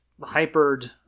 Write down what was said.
hypered